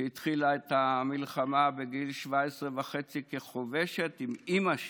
שהתחילה את המלחמה בגיל 17 וחצי כחובשת עם אימא שלה,